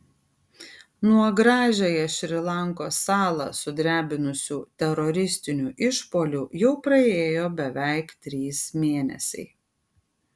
nuo gražiąją šri lankos salą sudrebinusių teroristinių išpuolių jau praėjo beveik trys mėnesiai